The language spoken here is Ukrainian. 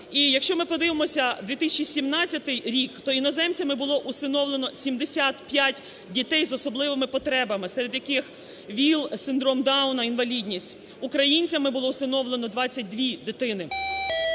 І якщо ми подивимося 2017 рік, то іноземцями було усиновлено 75 дітей з особливими потребами, серед яких ВІЛ, синдром Дауна, інвалідність, українцями було усиновлено 22 дитини.